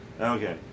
Okay